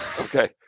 Okay